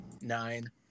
Nine